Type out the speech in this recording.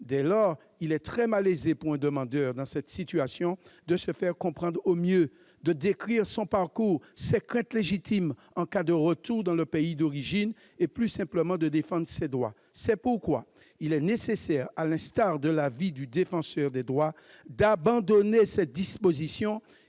Il est très malaisé pour un demandeur dans cette situation de se faire comprendre au mieux, de décrire son parcours, ses craintes légitimes en cas de retour dans son pays d'origine et, plus simplement, de défendre ses droits. C'est pourquoi il est nécessaire, conformément à l'avis du Défenseur des droits, d'abandonner ces dispositions,